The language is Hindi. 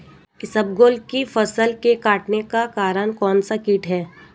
इसबगोल की फसल के कटने का कारण कौनसा कीट है?